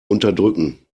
unterdrücken